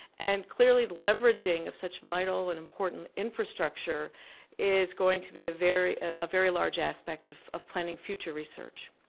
and clearly leveraging of such a vital and important infrastructure is going to be a very a very large aspect of of planning future research,